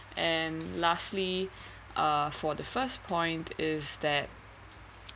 and lastly uh for the first point is that